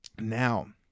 Now